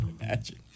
Imagine